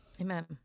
Amen